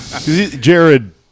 Jared